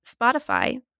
Spotify